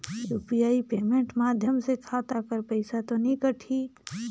UPI payment माध्यम से खाता कर पइसा तो नी कटही?